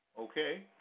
Okay